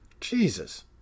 Jesus